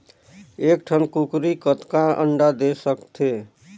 एक ठन कूकरी कतका अंडा दे सकथे?